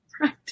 right